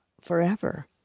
forever